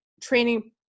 training